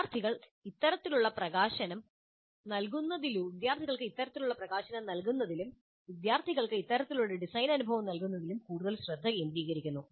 വിദ്യാർത്ഥികൾക്ക് ഇത്തരത്തിലുള്ള പ്രകാശനം നൽകുന്നതിലും വിദ്യാർത്ഥികൾക്ക് ഇത്തരത്തിലുള്ള ഡിസൈൻ അനുഭവം നൽകുന്നതിലും കൂടുതൽ ശ്രദ്ധ കേന്ദ്രീകരിക്കുന്നു